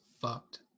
fucked